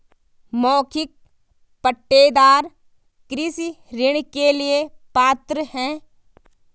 मौखिक पट्टेदार कृषि ऋण के लिए पात्र हैं